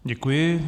Děkuji.